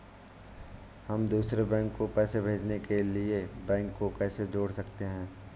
हम दूसरे बैंक को पैसे भेजने के लिए बैंक को कैसे जोड़ सकते हैं?